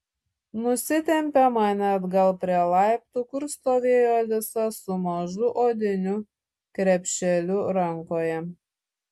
nusitempė mane atgal prie laiptų kur stovėjo alisa su mažu odiniu krepšeliu rankoje